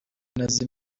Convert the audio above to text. nazi